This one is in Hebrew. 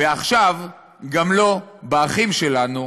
ועכשיו גם לא באחים שלנו,